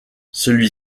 celui